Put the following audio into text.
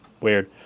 weird